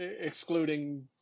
excluding